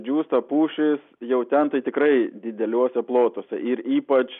džiūsta pušys jau ten tai tikrai dideliuose plotuose ir ypač